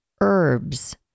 herbs